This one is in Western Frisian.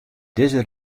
dizze